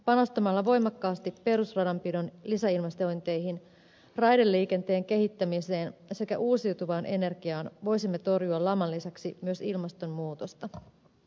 panostamalla voimakkaasti perusradanpidon lisäinvestointeihin raideliikenteen kehittämiseen sekä uusiutuvaan energiaan voisimme torjua laman lisäksi myös ilmastonmuutosta